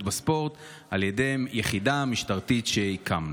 בספורט על ידי יחידה משטרתית שהקמנו.